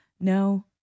No